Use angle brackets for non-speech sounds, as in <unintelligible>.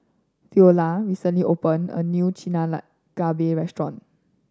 Theola recently opened a new <unintelligible> restaurant